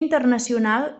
internacional